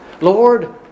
Lord